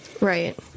Right